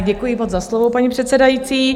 Děkuji moc za slovo, paní předsedající.